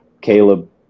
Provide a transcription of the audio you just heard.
Caleb